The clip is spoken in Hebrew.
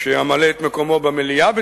שאמלא את מקומו במליאה בתורנות,